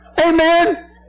Amen